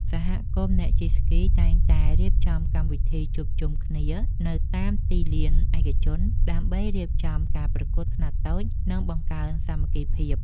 សហគមន៍អ្នកជិះស្គីតែងតែរៀបចំកម្មវិធីជួបជុំគ្នានៅតាមទីលានឯកជន ដើម្បីរៀបចំការប្រកួតខ្នាតតូច និងបង្កើនសាមគ្គីភាព។